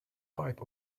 pipe